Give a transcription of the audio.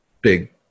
big